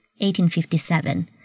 1857